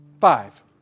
Five